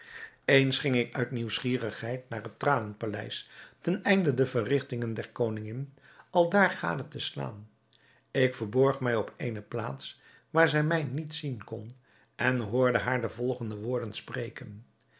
eens ging ik uit nieuwsgierigheid naar het tranenpaleis ten einde de verrigtingen der koningin aldaar gade te slaan ik verborg mij op eene plaats waar zij mij niet zien kon en hoorde haar de volgende woorden spreken